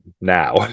now